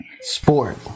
sport